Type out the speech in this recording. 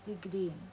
degree